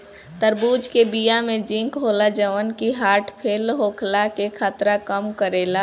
तरबूज के बिया में जिंक होला जवन की हर्ट फेल होखला के खतरा कम करेला